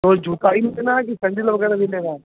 केवल जूता ही लेना है कि सैंडिल वगैरह भी लेना है